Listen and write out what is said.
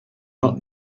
not